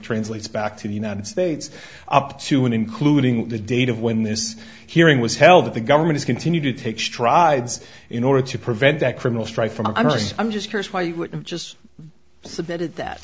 translates back to the united states up to and including the date of when this hearing was held that the government is continue to take strides in order to prevent that criminal strike from going i'm just curious why you would just submitted that